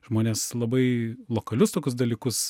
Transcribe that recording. žmonės labai lokalius tokius dalykus